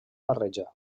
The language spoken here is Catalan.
barreja